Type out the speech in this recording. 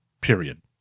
period